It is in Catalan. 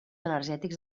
energètics